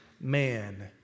man